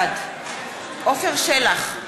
בעד עפר שלח,